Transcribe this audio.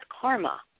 karma